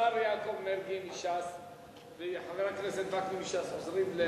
השר יעקב מרגי מש"ס וחבר הכנסת וקנין מש"ס עוזרים,